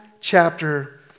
chapter